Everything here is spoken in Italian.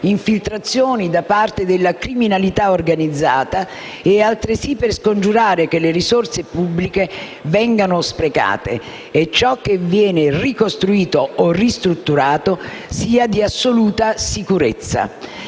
infiltrazioni da parte della criminalità organizzata e, altresì, per scongiurare che le risorse pubbliche vengano sprecate; inoltre, ciò che viene ricostruito o ristrutturato dovrà essere assolutamente sicuro.